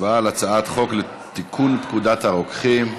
הצבעה על הצעת חוק לתיקון פקודת הרוקחים.